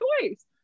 choice